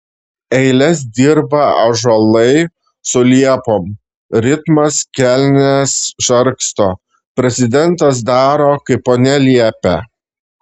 eiles dirba ąžuolai su liepom ritmas kelnes žargsto prezidentas daro kaip ponia liepia